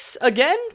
again